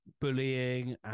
bullying